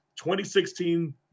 2016